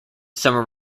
summer